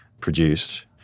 produced